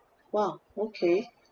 !wah! okay